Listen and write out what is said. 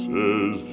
Says